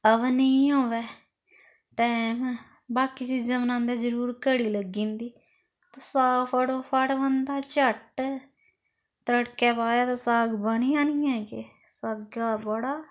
अवा नेईं होऐ टाइम बाकी चीजां बनांदे जरूर घड़ी लग्गी जंदी ते साग फटोफट्ट बनदा झट्ट तड़कै पाया ते साग बनेआ नी ऐ के सागै दा बड़ा